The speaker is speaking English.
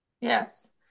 Yes